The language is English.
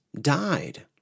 died